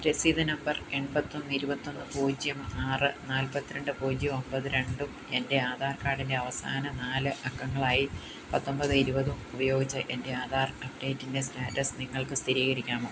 രസീത് നമ്പർ എൺപത്തൊന്ന് ഇരുപത്തൊന്ന് പൂജ്യം ആറ് നാൽപ്പത്തിരണ്ട് പൂജ്യം ഒമ്പത് രണ്ടും എൻ്റെ ആധാർ കാർഡിൻ്റെ അവസാന നാല് അക്കങ്ങളായി പത്തൊമ്പത് ഇരുപതും ഉപയോഗിച്ച് എൻ്റെ ആധാർ അപ്ഡേറ്റിൻ്റെ സ്റ്റാറ്റസ് നിങ്ങൾക്ക് സ്ഥിരീകരിക്കാമോ